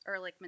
Ehrlichman